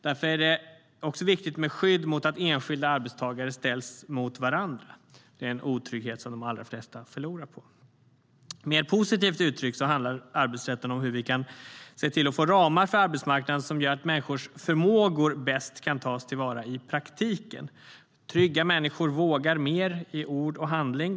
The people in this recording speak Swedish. Därför är det också viktigt med skydd mot att enskilda arbetstagare ställs mot varandra - det är en otrygghet som de allra flesta förlorar på. Mer positivt uttryckt handlar arbetsrätten om hur vi kan se till att få ramar för arbetsmarknaden som gör att människors förmågor bäst kan tas till vara i praktiken. Trygga människor vågar mer i ord och handling.